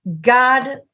God